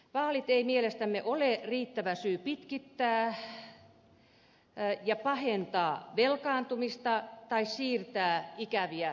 vaalit eivät mielestämme ole riittävä syy pitkittää ja pahentaa velkaantumista tai siirtää ikäviä päätöksiä